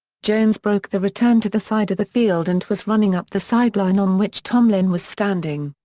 jones broke the return to the side of the field and was running up the sideline on which tomlin was standing.